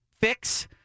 fix